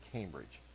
Cambridge